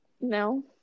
No